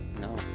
No